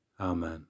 Amen